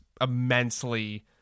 immensely